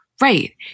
Right